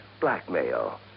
Blackmail